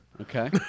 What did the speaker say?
Okay